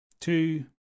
two